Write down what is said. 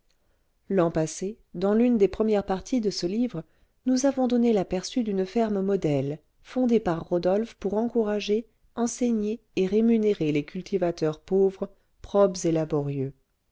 l'an passé dans l'une des premières parties de ce livre nous avons donné l'aperçu d'une ferme modèle fondée par rodolphe pour encourager enseigner et rémunérer les cultivateurs pauvres probes